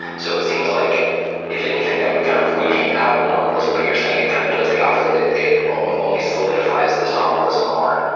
so it seems like if anything that would kind of lead him out of nominalism, but you're saying it kind of does the opposite, it it only solidifies this nominalism more.